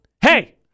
Hey